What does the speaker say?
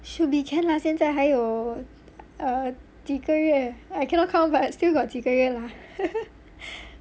should be can lah 现在 还有: xian zai hai you err 几个月: ji ge yue I cannot count but still got 几个月: ji ge yue lah